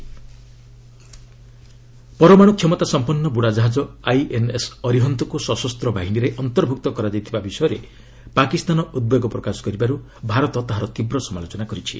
India Pak ପରମାଣୁ କ୍ଷମତାସମ୍ପନ୍ନ ବୁଡ଼ାଜାହାଜ ଆଇଏନ୍ଏସ୍ ଅରିହନ୍ତକୁ ସଶସ୍ତ ବାହିନୀରେ ଅନ୍ତର୍ଭୁକ୍ତ କରାଯାଇଥିବା ବିଷୟରେ ପାକିସ୍ତାନ ଉଦ୍ବେଗ ପ୍ରକାଶ କରିଥିବାରୁ ଭାରତ ତାହାର ତୀବ୍ର ସମାଲୋଚନା କରିଛି